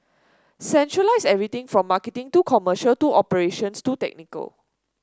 centralise everything from marketing to commercial to operations to technical